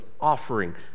offering